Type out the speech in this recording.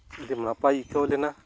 ᱟᱹᱰᱤ ᱱᱟᱯᱟᱭ ᱟᱹᱭᱠᱟᱹᱣᱞᱮᱱᱟ